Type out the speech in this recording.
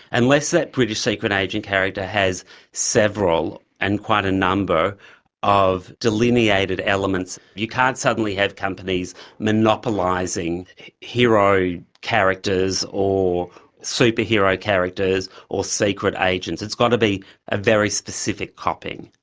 unless that british secret agent character has several and quite a number of delineated elements, you can't suddenly have companies monopolising hero characters or superhero characters or secret agents, it's got to be a very specific copying.